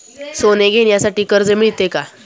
सोने घेण्यासाठी कर्ज मिळते का?